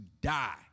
die